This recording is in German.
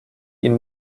ihn